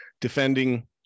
defending